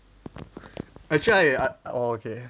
actually I uh orh okay